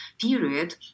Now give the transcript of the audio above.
period